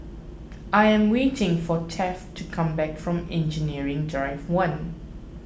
I am waiting for Taft to come back from Engineering Drive one